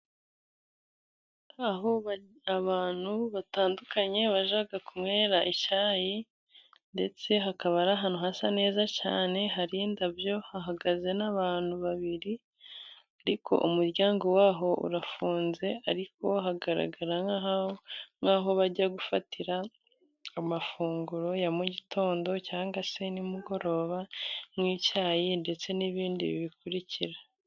Aho abantu batandukanye bajya kunywera icyayi, ndetse hakaba ari ahantu hasa neza cyane hari indabyo, hahagaze n'abantu babiri ariko umuryango waho urafunze, ariko hagaragara nk'aho bajya gufatira amafunguro ya mu gitondo cyangwa se nimugoroba, nk'icyayi ndetse n'ibindi bibikurikira.